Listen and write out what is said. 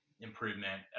improvement